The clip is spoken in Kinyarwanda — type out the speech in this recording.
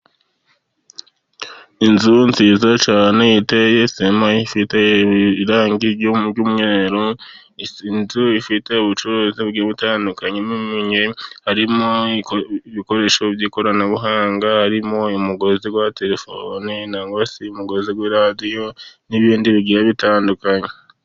Inzu nziza cyane iteye sima ifite irangi ry'umweru, inzu ifite ubucuruzi bugiye butandukanye harimo, ibikoresho by'ikoranabuhanga, harimo umugozi wa telefoni cyangwa se umugozi w'iradiyo, n'ibindi bigiye bitandukanye.